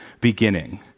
beginning